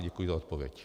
Děkuji za odpověď.